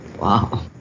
Wow